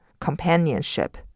companionship